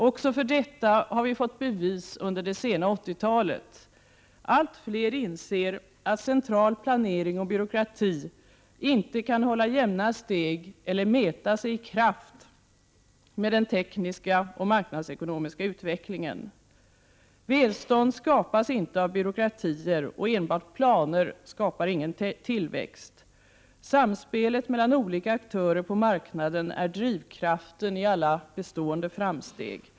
Också för detta har vi fått bevis under det sena 80-talet. Allt fler inser att central planering och byråkrati inte kan hålla jämna steg eller mäta sig i kraft med den tekniska och marknadsekonomiska utvecklingen. Välstånd skapas inte av byråkratier, och enbart planer skapar ingen tillväxt. Samspelet mellan olika aktörer på marknaden är drivkraften i alla bestående framsteg.